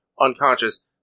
unconscious